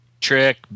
Trick